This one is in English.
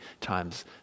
times